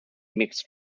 mixed